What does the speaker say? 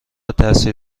تاثیر